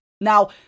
Now